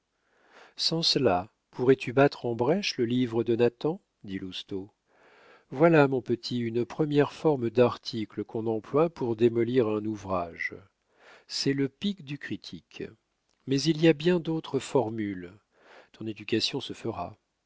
sans cela pourrais-tu battre en brèche le livre de nathan dit lousteau voilà mon petit une première forme d'article qu'on emploie pour démolir un ouvrage c'est le pic du critique mais il y a bien d'autres formules ton éducation se fera